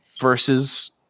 versus